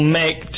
make